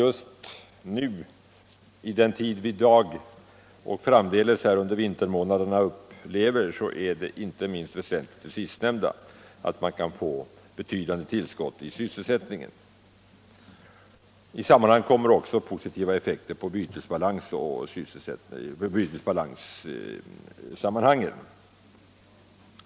Just nu i den tid vi i dag upplever och framdeles under vintermånaderna kommer att uppleva är det sistnämnda inte minst väsentligt — att man kan få betydande tillskott i sysselsättningen. Det blir också positiva effekter på bytesbalansen.